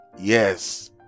yes